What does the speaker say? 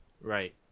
Right